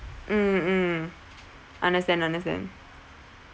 mm mm understand understand